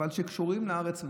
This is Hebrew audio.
אבל שקשורים לארץ מאוד,